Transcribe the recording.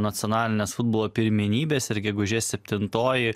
nacionalinės futbolo pirmenybės ir gegužės septintoji